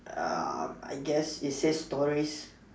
uh I guess it says stories